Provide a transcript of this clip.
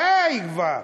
די כבר.